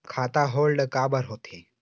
खाता होल्ड काबर होथे?